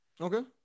Okay